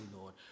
Lord